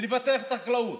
ולפתח את החקלאות.